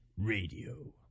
Radio